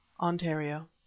Ontario